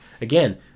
again